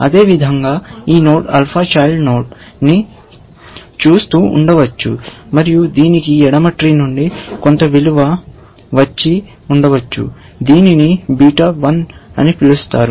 అదేవిధంగా ఈ node alpha child node ని చూస్తూ ఉండవచ్చు మరియు దీనికి ఎడమ ట్రీ నుండి కొంత విలువ వచ్చి ఉండవచ్చు దీనిని బీటా 1 అని పిలుస్తారు